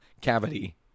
cavity